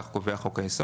כך קובע חוק-היסוד.